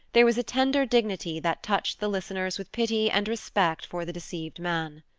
there was a tender dignity that touched the listeners with pity and respect for the deceived man.